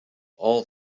all